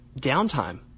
downtime